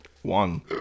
One